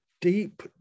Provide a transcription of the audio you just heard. deep